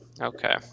Okay